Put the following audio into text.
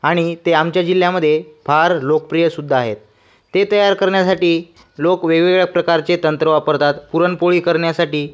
आणि ते आमच्या जिल्ह्यामध्ये फार लोकप्रिय सुद्धा आहेत ते तयार करण्यासाठी लोक वेगवेगळ्या प्रकारचे तंत्र वापरतात पुरणपोळी करण्यासाठी